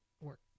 work